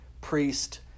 priest